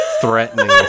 threatening